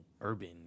urban